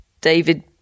David